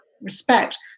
respect